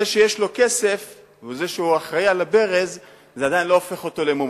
זה שיש לו כסף וזה שהוא אחראי לברז עדיין לא הופך אותו למומחה.